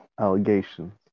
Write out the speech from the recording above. allegations